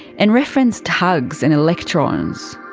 and referenced hugs and electrons.